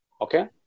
Okay